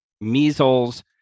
measles